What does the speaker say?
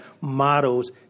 models